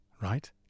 Right